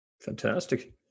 Fantastic